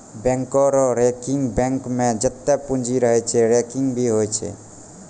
बैंको रो रैंकिंग बैंको मे जत्तै पूंजी रहै छै रैंकिंग भी होय छै